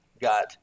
got